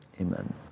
Amen